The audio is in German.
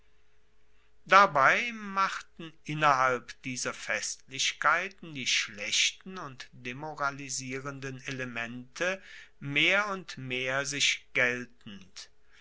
dabei machten innerhalb dieser festlichkeiten die schlechten und demoralisierenden elemente mehr und mehr sich geltend